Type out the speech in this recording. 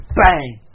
bang